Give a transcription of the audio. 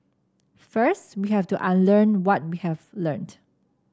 first we have to unlearn what we have learnt